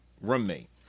Roommate